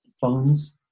phones